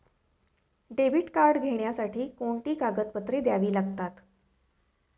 Debit card घेण्यासाठी कोणती कागदपत्रे द्यावी लागतात?